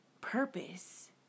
purpose